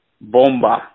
Bomba